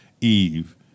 Eve